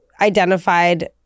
identified